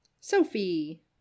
Sophie